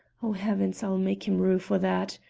oh, heavens, i'll make him rue for that!